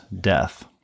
death